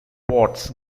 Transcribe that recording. watts